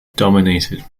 dominated